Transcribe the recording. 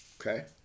Okay